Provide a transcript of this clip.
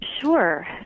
Sure